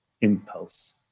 impulse